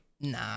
nah